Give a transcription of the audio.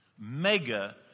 Mega